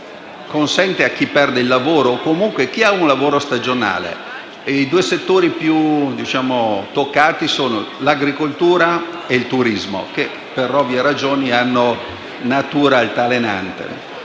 consente a chi perde un lavoro o comunque a chi ha un lavoro stagionale (i due settori più toccati sono l'agricoltura e il turismo, che per ovvie ragioni hanno natura altalenante)